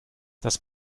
das